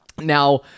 Now